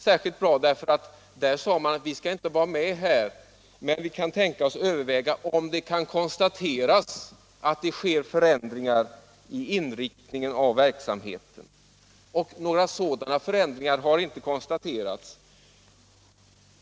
Där sades nämligen att vi inte skall vara med i IDB, men centern kan tänka sig att överväga medlemskap om det kan konstateras att det sker förändringar i inriktningen av verksamheten. Några sådana förändringar har inte konstaterats.